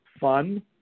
fun